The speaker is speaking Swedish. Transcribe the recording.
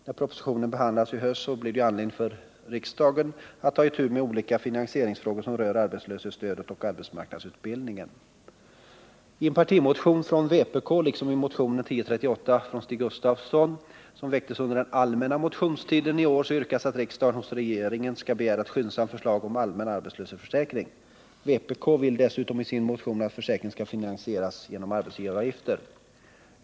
När propositionen behandlas i höst blir det ju anledning för riksdagen att ta itu med de olika finansieringsfrågor som rör arbetslöshetsstöden och arbetsmarknadsutbildningen. I en partimotion från vpk liksom i den socialdemokratiska motionen 1038 från Stig Gustafsson m.fl., som båda väckts under allmänna motionstiden i år, yrkas att riksdagen hos regeringen skall begära ett skyndsamt förslag om allmän arbetslöshetsförsäkring. Vpk vill dessutom i sin motion att försäkringen skall finansieras genom arbetsgivaravgifter.